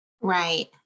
Right